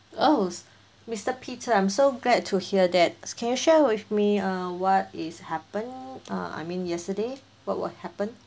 oh s~ mister peter I'm so glad to hear that s~ can you share with me err what is happen uh I mean yesterday what what happened